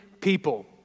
people